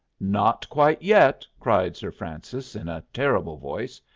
not quite yet, cried sir francis, in a terrible voice,